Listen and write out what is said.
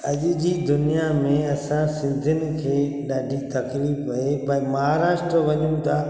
अॼ जी दुनिया में असां सिंधीयुनि खे ॾाढी तकलीफ़ आहे पर महाराष्ट्र वञूं था